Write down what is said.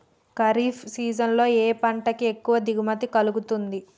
Kharif season లో ఏ పంట కి ఎక్కువ దిగుమతి కలుగుతుంది?